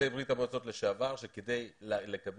יוצאי ברית המועצות לשעבר שכדי לקבל